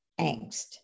angst